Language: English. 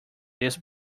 this